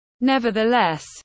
Nevertheless